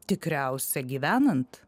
tikriausia gyvenant